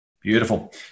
Beautiful